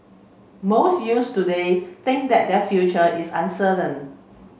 most youths today think that their future is uncertain